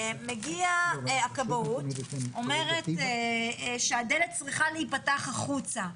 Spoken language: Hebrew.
מגיעה הכבאות, אומרת שהדלת צריכה להיפתח החוצה.